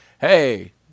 hey